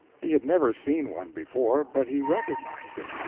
he had never seen one before, but he recognized it.